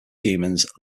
humans